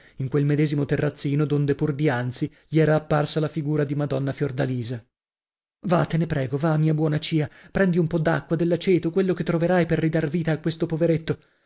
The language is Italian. in quel medesimo terrazzino donde pur dianzi gli era apparsa la figura di madonna fiordalisa va te ne prego va mia buona cia prendi un po d'acqua dell'aceto quello che troverai per ridar la vita a questo poveretto